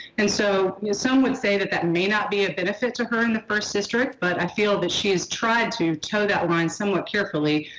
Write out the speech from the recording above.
and so some would say that that may not be a benefit to her in the first district, but i feel that she's tried to tow that line somewhat carefully,